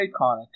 iconic